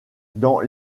dans